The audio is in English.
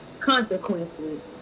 consequences